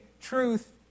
truth